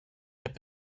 app